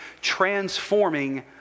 transforming